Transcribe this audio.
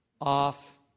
off